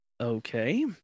Okay